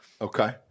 Okay